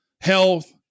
health